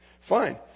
Fine